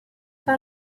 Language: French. par